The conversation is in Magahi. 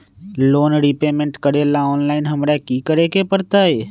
लोन रिपेमेंट करेला ऑनलाइन हमरा की करे के परतई?